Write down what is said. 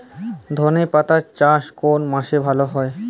ধনেপাতার চাষ কোন মাসে ভালো হয়?